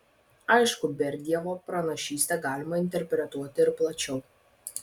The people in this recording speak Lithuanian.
aišku berdiajevo pranašystę galima interpretuoti ir plačiau